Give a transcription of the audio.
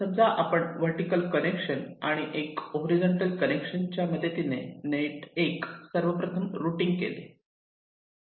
समजा आपण एक वर्टीकल कनेक्शन आणि एक हॉरीझॉन्टल कनेक्शन च्या मदतीने नेट 1 सर्वप्रथम रुटींग केले